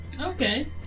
okay